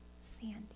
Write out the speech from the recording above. Sandy